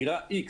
דירה X,